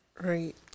right